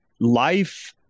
life